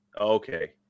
Okay